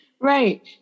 Right